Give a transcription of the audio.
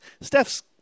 Steph's